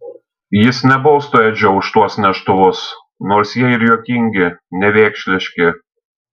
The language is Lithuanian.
jis nebaustų edžio už tuos neštuvus nors jie ir juokingi nevėkšliški